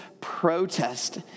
protest